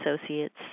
associates